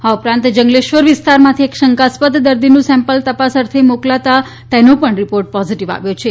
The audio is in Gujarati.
આ ઉપરાંત જંગલેશ્વર વિસ્તારમાંથી એક શંકાસ્પદ દર્દીનું સેમ્પલ તપાસ અર્થે મોકલતાં તેનો પણ રિપોર્ટ પોઝીટીવ આવ્યો છે